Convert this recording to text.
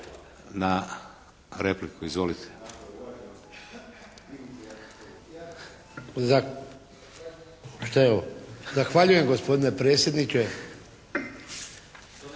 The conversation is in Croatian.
na repliku. Izvolite!